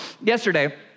yesterday